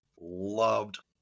loved